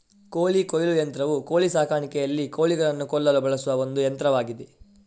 ಕೋಳಿ ಕೊಯ್ಲು ಯಂತ್ರವು ಕೋಳಿ ಸಾಕಾಣಿಕೆಯಲ್ಲಿ ಕೋಳಿಗಳನ್ನು ಕೊಲ್ಲಲು ಬಳಸುವ ಒಂದು ಯಂತ್ರವಾಗಿದೆ